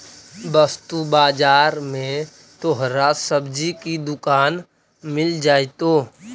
वस्तु बाजार में तोहरा सब्जी की दुकान मिल जाएतो